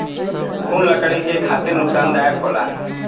घुन लकड़ी के खातिर नुकसानदायक होला